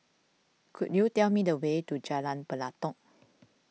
could you tell me the way to Jalan Pelatok